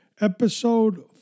Episode